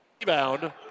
Rebound